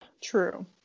True